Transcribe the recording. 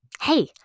Hey